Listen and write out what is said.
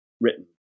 written